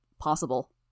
Possible